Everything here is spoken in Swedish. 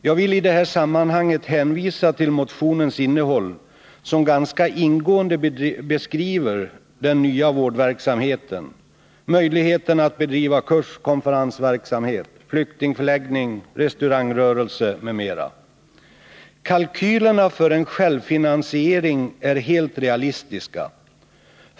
Jag vill i det här sammanhanget hänvisa till motionens innehåll, som ganska ingående beskriver den nya vårdverksamheten, möjligheterna att bedriva kursoch konferensverksamhet, flyktingförläggning, restaurangrörelse m.m. Kalkylerna för en självfinansiering är helt realistiska.